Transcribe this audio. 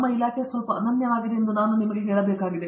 ನಮ್ಮ ಇಲಾಖೆ ಸ್ವಲ್ಪ ಅನನ್ಯವಾಗಿದೆ ಎಂದು ನಾನು ನಿಮಗೆ ಹೇಳಬೇಕಾಗಿದೆ